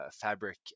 fabric